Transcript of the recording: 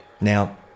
Now